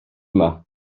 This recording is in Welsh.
yma